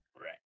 right